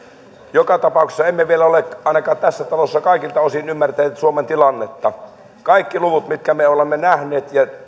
joka tapauksessa emme vielä ole ainakaan tässä talossa kaikilta osin ymmärtäneet suomen tilannetta kaikki luvut mitkä me olemme nähneet